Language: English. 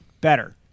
Better